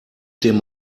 dem